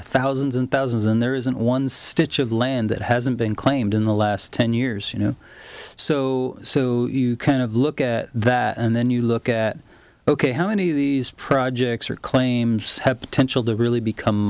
are thousands and thousands and there isn't one stitch of land that hasn't been claimed in the last ten years you know so so you kind of look at that and then you look at ok how many of these projects are claims have potential to really